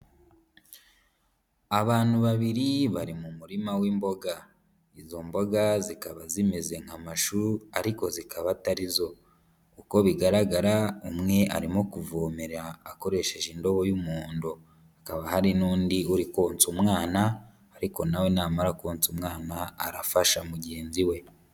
Abantu babiri bari mu murima w'imboga, izo mboga zikaba zimeze nk'amashu ariko zikaba atari zo uko bigaragara umwe arimo kuvomera akoresheje indobo y'umuhondo, hakaba hari n'undi uri konsa umwana ariko nawe namara konsa umwana arafasha mugenzi we.